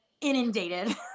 inundated